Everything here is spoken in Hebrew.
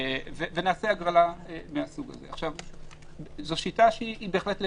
זאת שיטה שהיא בהחלט לגיטימית,